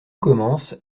commence